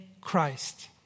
Christ